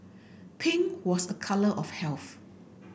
pink was a colour of health